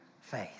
Faith